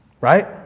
Right